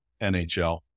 NHL